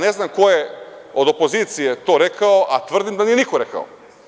Ne znam ko je od opozicije to rekao, a tvrdim da nije niko rekao.